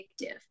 addictive